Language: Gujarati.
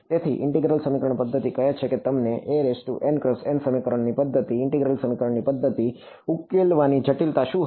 તેથી ઈન્ટિગરલ સમીકરણ પદ્ધતિઓ કહે છે કે તમને a સમીકરણોની પદ્ધતિ ઈન્ટિગરલ સમીકરણ પદ્ધતિઓ ઉકેલવાની જટિલતા શું હતી